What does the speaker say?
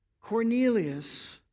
Cornelius